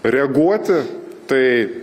reaguoti tai